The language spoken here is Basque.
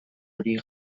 hori